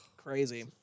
Crazy